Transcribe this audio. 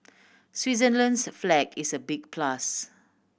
Switzerland's flag is a big plus